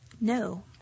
No